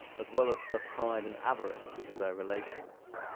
as well as to the pride and avarice of their relations.